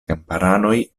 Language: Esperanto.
kamparanoj